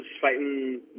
fighting